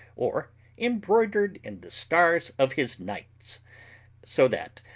or embroidered in the stars of his knights so that,